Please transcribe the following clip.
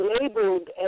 Labeled